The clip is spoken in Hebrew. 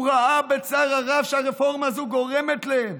הוא ראה את הצער הרב שהרפורמה הזו גורמת להם,